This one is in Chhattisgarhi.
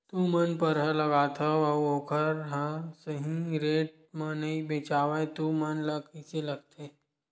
तू मन परहा लगाथव अउ ओखर हा सही रेट मा नई बेचवाए तू मन ला कइसे लगथे?